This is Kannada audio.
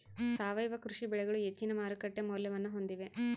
ಸಾವಯವ ಕೃಷಿ ಬೆಳೆಗಳು ಹೆಚ್ಚಿನ ಮಾರುಕಟ್ಟೆ ಮೌಲ್ಯವನ್ನ ಹೊಂದಿವೆ